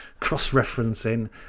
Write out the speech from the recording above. cross-referencing